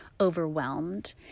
overwhelmed